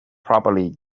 properly